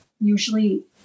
usually